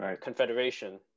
confederation